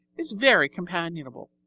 he's very companionable.